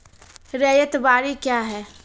रैयत बाड़ी क्या हैं?